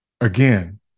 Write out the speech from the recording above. again